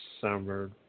summer